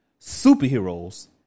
superheroes